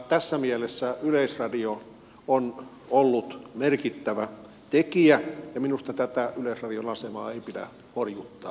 tässä mielessä yleisradio on ollut merkittävä tekijä ja minusta tätä yleisradion asemaa ei pidä horjuttaa